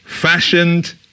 Fashioned